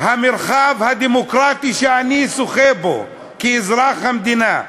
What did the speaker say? המרחב הדמוקרטי שאני זוכה בו כאזרח המדינה.